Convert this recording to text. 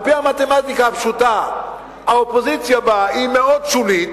על-פי המתמטיקה הפשוטה, האופוזיציה בה מאוד שולית,